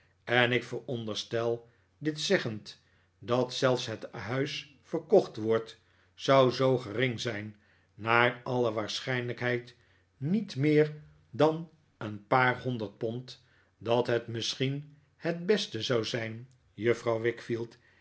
en ik veronderstel dit zeggend dat zelfs net huis verkocht wordt zou zoo gering zijn naar alle waarschijnlijkheid niet meer dan een paar honderd pond dat het misschien het beste zou zijn